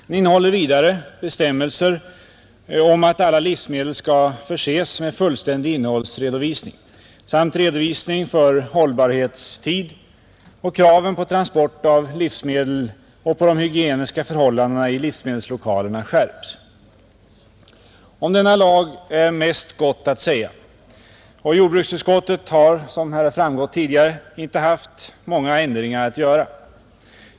Den innehåller vidare bestämmelser om att alla livsmedel skall förses med fullständig innehållsredovisning samt redovisning för hållbarhetstid. Kraven på transport av livsmedel och på de hygieniska förhållandena i livsmedelslokalerna skärps. Om denna lag är mest gott att säga, och jordbruksutskottet har, som här tidigare har framgått, inte haft många ändringar att göra.